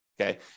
Okay